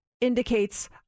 indicates